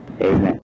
Amen